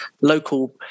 local